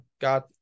got